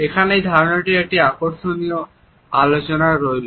এখানে এই ধারণাটির একটি আকর্ষণীয় আলোচনা রইল